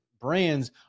brands